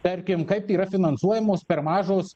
tarkim kaip yra finansuojamos per mažos